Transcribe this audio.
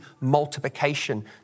multiplication